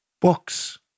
Books